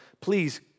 please